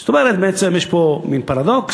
זאת אומרת, בעצם יש פה מין פרדוקס,